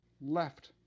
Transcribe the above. left